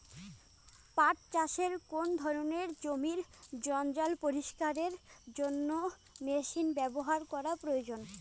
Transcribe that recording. পাট চাষে কোন ধরনের জমির জঞ্জাল পরিষ্কারের জন্য মেশিন ব্যবহার করা প্রয়োজন?